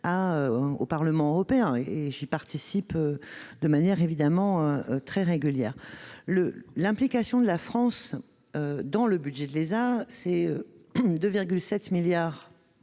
en matière spatiale ; j'y participe de manière évidemment très régulière. L'implication de la France dans le budget de l'ESA représente 2,7 milliards